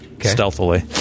stealthily